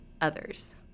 others